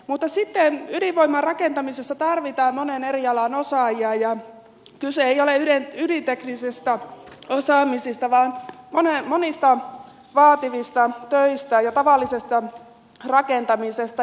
mutta sitten ydinvoiman rakentamisessa tarvitaan monen eri alan osaajia ja kyse ei ole ydinteknisestä osaamisesta vaan monista vaativista töistä ja tavallisesta rakentamisesta